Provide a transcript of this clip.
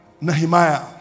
Nehemiah